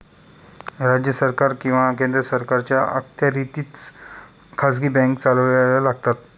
राज्य सरकार किंवा केंद्र सरकारच्या अखत्यारीतच खाजगी बँका चालवाव्या लागतात